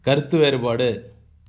கருத்து வேறுபாடு